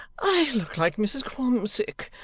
i look like mrs. qualmsick,